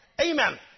Amen